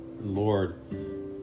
Lord